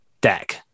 deck